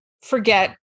forget